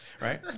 Right